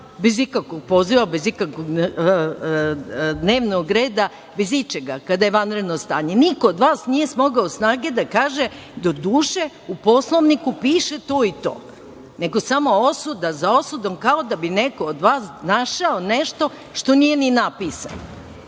bez ikakvog poziva, bez ikakvog dnevnog reda, bez ičega kada je vanredno stanje. Niko od vas nije smogao snage da kaže - doduše u Poslovniku piše to i to, nego samo osuda za osudom, kao da bi neko od vas našao nešto što nije ni napisano.